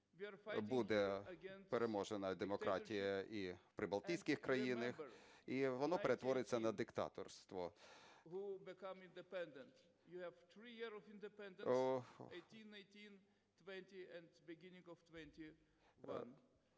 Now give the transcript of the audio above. буде переможена демократія і в прибалтійських країнах, і воно перетвориться на диктаторство.